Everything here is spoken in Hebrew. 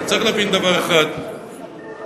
אבל צריך להבין דבר אחד, ואולי,